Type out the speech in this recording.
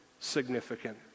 significant